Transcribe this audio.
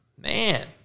Man